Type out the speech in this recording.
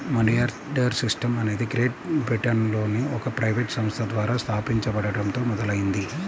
money order system అనేది great బ్రిటన్లోని ఒక ప్రైవేట్ సంస్థ ద్వారా స్థాపించబడటంతో మొదలైంది